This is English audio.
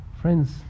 Friends